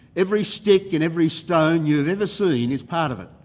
every stick and every stone you've ever seen is part of it,